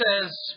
says